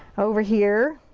over here.